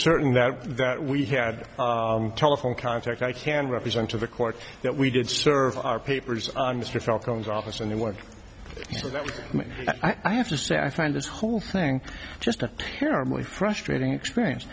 certain that that we had telephone contact i can represent to the court that we did serve our papers on the streets outcomes office and they work so that i have to say i find this whole thing just a terribly frustrating experience